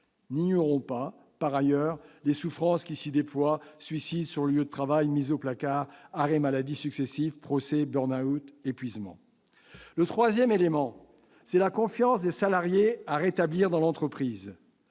N'ignorons pas, par ailleurs, les souffrances qui s'y déploient : suicide sur le lieu de travail, mises au placard, arrêts maladie successifs, procès, burn-out, épuisements ... Évidemment ! Le troisième élément, c'est la confiance des salariés à rétablir dans l'entreprise.